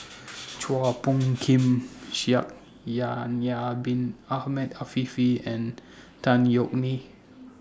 Chua Phung Kim Shaikh Yahya Bin Ahmed Afifi and Tan Yeok Me